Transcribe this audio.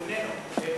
הוא איננו.